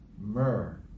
myrrh